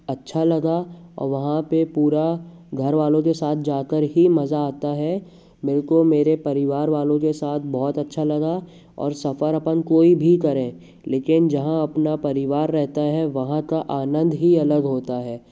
अच्छा लगा और वहाँ पे पूरा घर वालों के साथ जाकर ही मजा आता है मेरे को मेरे परिवार वालों के साथ बहुत अच्छा लगा और सफर अपन कोई भी करें लेकिन जहाँ अपना परिवार रहता हैं वहाँ का आनंद ही अलग होता है